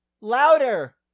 Louder